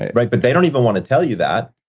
right? right, but they don't even want to tell you that,